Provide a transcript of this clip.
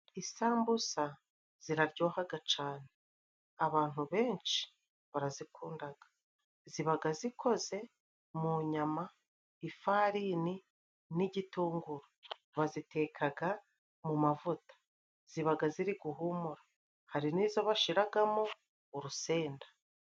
Isambusa ziraryohaga cane abantu benshi barazikundaga zibaga zikoze mu nyama, ifarini n'igitunguru, bazitekaga mu mavuta zibaga ziri guhumura hari n'izo bashiragamo urusenda.